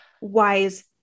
wise